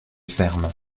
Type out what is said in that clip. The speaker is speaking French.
fermes